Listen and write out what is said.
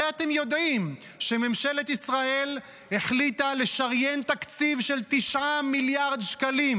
הרי אתם יודעים שממשלת ישראל החליטה לשריין תקציב של 9 מיליארד שקלים.